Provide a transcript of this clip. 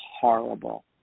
horrible